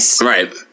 Right